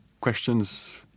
questions